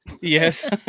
Yes